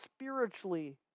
spiritually